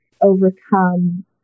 overcome